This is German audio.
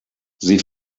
sie